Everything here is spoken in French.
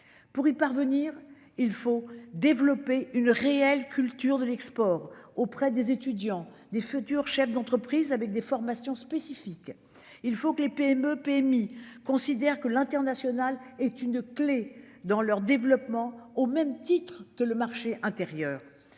pour y parvenir, il faut développer une réelle culture de l'export auprès des étudiants, des futurs chefs d'entreprise avec des formations spécifiques. Il faut que les PME/PMI considère que l'international est une clé dans leur développement au même titre que le marché intérieur.